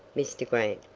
mr. grant,